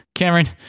Cameron